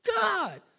God